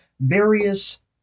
various